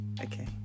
okay